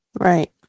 Right